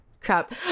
Crap